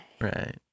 Right